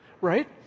right